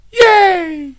Yay